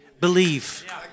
Believe